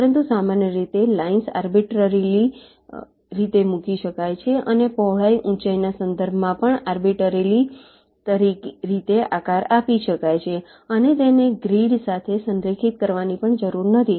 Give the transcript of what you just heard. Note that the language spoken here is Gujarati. પરંતુ સામાન્ય રીતે લાઇંસ આરબીટરરીલી રીતે મૂકી શકાય છે અને પહોળાઈ ઊંચાઈના સંદર્ભમાં પણ આરબીટરરીલી રીતે આકાર આપી શકાય છે અને તેને ગ્રીડ સાથે સંરેખિત કરવાની પણ જરૂર નથી